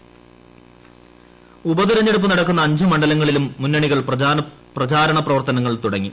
ഉപതിരഞ്ഞെടുപ്പ് ഉപതിരഞ്ഞെടുപ്പ് നടക്കുന്ന അഞ്ച് മണ്ഡലങ്ങളിലും മുന്നണികൾ പ്രചാരണ പ്രവർത്തനങ്ങൾ തുടങ്ങി